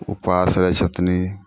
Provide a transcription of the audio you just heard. उपास रहै छथिन